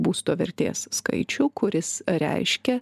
būsto vertės skaičių kuris reiškia